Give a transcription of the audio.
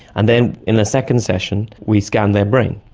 and then in a second session we scanned their brain.